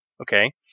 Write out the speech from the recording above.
okay